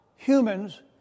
humans